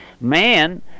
Man